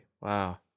Wow